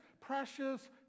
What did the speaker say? precious